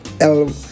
El